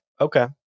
okay